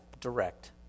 direct